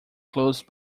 close